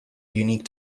unique